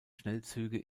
schnellzüge